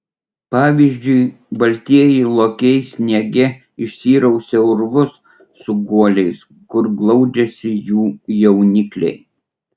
pavyzdžiui baltieji lokiai sniege išsirausia urvus su guoliais kur glaudžiasi jų jaunikliai